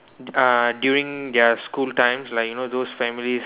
uh during their school times like you know those families